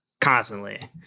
constantly